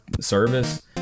service